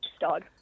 dog